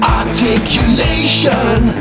articulation